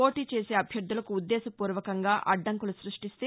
పోటీ చేసే అభ్యర్థలకు ఉద్దేశపూర్వకంగా అడ్డంకులు స్బష్టిస్తే